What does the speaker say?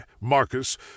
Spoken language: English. Marcus